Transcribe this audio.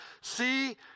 See